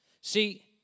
See